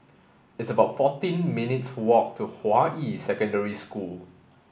it's about fourteen minutes' walk to Hua Yi Secondary School